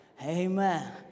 Amen